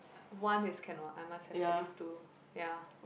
one is cannot I must have at least two ya